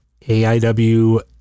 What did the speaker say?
AIW